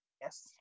Yes